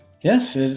Yes